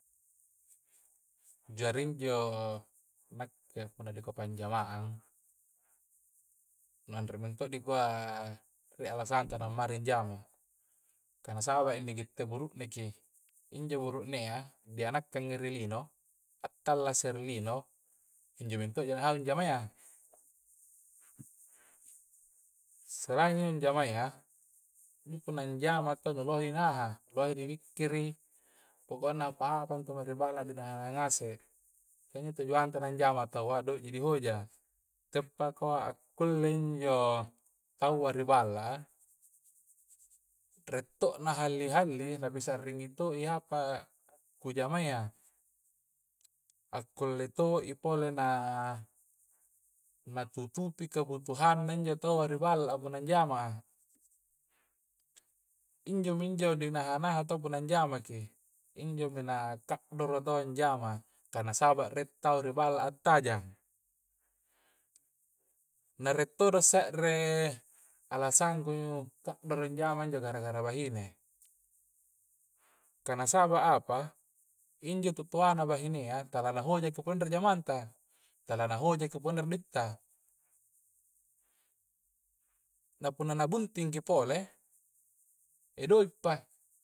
Jari injo nakke punna ko panjamaang, nu nganre minto dikua rie alasanta ammari jama karena na saba inni kitte buru'ne ki injo buru'ne a dianakkangi rilino, atallasaki rilino injo min to'ji nahalu jamang yya salain injo jamang ya punna jamang to nu lohe nga'ha lohe dipikkiri pokokna apa-apa intu mae ri balla a ni naha-naha ngaseng kah intuji tujuangta anjama ki taua doi na ji dihoja. teppa dikua kulle injo taua ri balla a rie to na halli-halli na pisa'ringi to i apa kujama ya akulle to' i pole na na tutupi kebutuhanna injo taua ri balla a punna anjama'a injo mi injo di naha-naha taua punna jamangki injomi na ka'doro taua anjama kah saba rie tau riballa attajang. na rie todo se're alasangku ka'doro anjama injo gara-gara bahine kah nasaba apa injo to toana bahine ya tala hoja ki punna rie jamangta tala na hojaki punna rie doi' ta kah punna na buntingki pole i dui' pa.